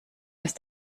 ist